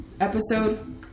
episode